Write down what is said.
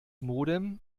modem